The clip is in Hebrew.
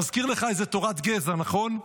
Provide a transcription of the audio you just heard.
מזכיר לך איזה תורת גזע, נכון?